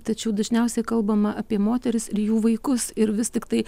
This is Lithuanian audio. tačiau dažniausiai kalbama apie moteris ir jų vaikus ir vis tiktai